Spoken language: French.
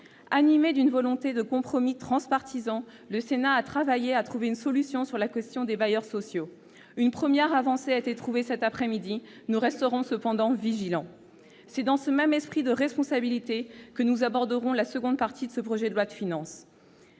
Animé d'une volonté de compromis transpartisan, le Sénat a travaillé à trouver une solution sur la question des bailleurs sociaux. Une première avancée a été trouvée cet après-midi ; nous resterons cependant vigilants. C'est dans ce même esprit de responsabilité que nous aborderons la seconde partie du projet de loi de finances.